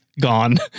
gone